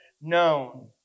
known